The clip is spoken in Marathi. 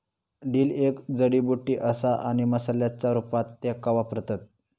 डिल एक जडीबुटी असा आणि मसाल्याच्या रूपात त्येका वापरतत